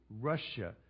Russia